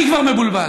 אני כבר מבולבל.